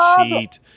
cheat